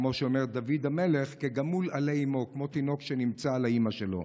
כמו שאומר דוד המלך: "כגָמֻל עֲלֵי אִמוֹ" כמו תינוק שנמצא על אימו,